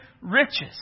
riches